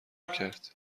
کرد